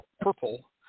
purple